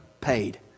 paid